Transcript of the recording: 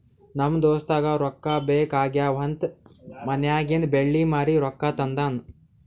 ನಮ್ ದೋಸ್ತಗ ರೊಕ್ಕಾ ಬೇಕ್ ಆಗ್ಯಾವ್ ಅಂತ್ ಮನ್ಯಾಗಿಂದ್ ಬೆಳ್ಳಿ ಮಾರಿ ರೊಕ್ಕಾ ತಂದಾನ್